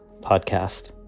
podcast